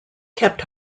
kept